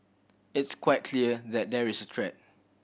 it's quite clear that there is a threat